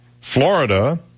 Florida